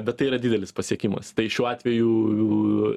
bet tai yra didelis pasiekimas tai šiuo atveju